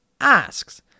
asks